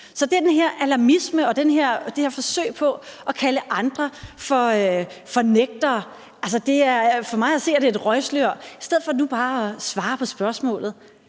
Så den her alarmisme og det her forsøg på at kalde andre for fornægtere er for mig at se at lægge et røgslør, i stedet for at man nu bare svarer på spørgsmålet.